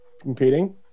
Competing